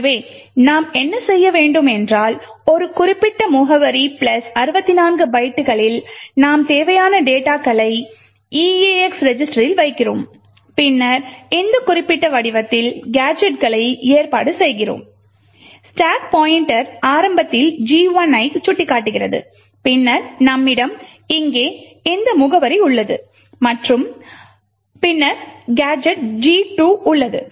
எனவே நாம் என்ன செய்ய வேண்டும் என்றால் ஒரு குறிப்பிட்ட முகவரி 64 பைட்டுகளில் நாம் தேவையான டேட்டாகளை eax ரெஜிஸ்டரில் வைக்கிறோம் பின்னர் இந்த குறிப்பிட்ட வடிவத்தில் கேஜெட்களை ஏற்பாடு செய்கிறோம் ஸ்டாக் பாய்ண்ட்டர் ஆரம்பத்தில் G 1 ஐ சுட்டிக்காட்டுகிறது பின்னர் நம்மிடம் இங்கே இந்த முகவரி உள்ளது மற்றும் பின்னர் கேஜெட் 2 உள்ளது